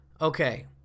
Okay